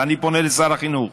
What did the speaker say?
ואני פונה לשר החינוך: